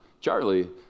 Charlie